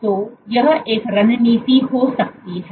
तो यह एक रणनीति हो सकती है